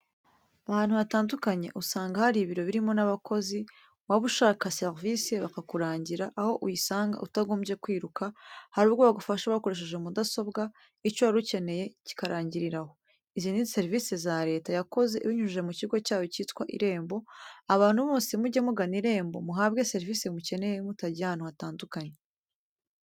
Ahantu hatandukanye usanga hari ibiro birimo n'abakozi wabaga ushaka serevise bakakurangira aho uyisanga utagombye kwiruka, hari ubwo bagufasha bakoresheje mudasobwa icyo wari ukeneye kikarangirira aho. Izi ni serivice za leta yakoze ibinyujije mu kigo cyayo kitwa Irembo, abantu bose mujye mugana Irembo muhabwe serivice mukeneye mutagiye ahantu hatandukanye.